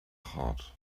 heart